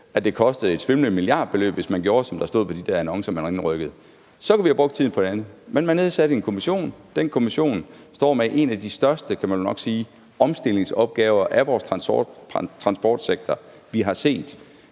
at det kostede et svimlende milliardbeløb, hvis man gjorde, som der stod på de der annoncer, man indrykkede, så kunne vi have brugt tiden på det andet. Men man nedsatte en kommission, og den kommission står med en af de største, kan man nok sige, omstillingsopgaver af vores transportsektor, vi har set.